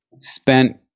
spent